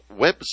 website